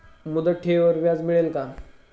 मुदत ठेवीवर व्याज मिळेल का?